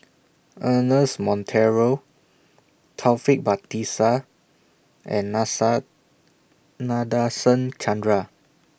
Ernest Monteiro Taufik Batisah and Nasa Nadasen Chandra